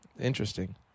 interesting